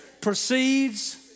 Proceeds